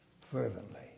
fervently